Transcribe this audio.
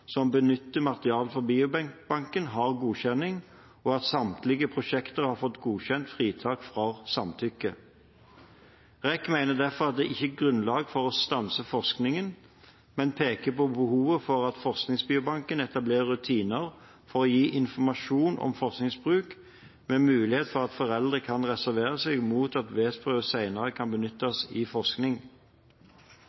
som benytter materiale fra biobanken, har godkjenning, og at samtlige prosjekter har fått godkjent fritak for samtykke. REK mener derfor at det ikke er grunnlag for å stanse forskningen, men peker på behovet for at forskningsbiobanken etablerer rutiner for å gi informasjon om forskningsbruk, med mulighet for at foreldre kan reservere seg mot at vevsprøver senere kan